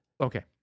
Okay